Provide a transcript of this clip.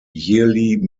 yearly